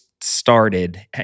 started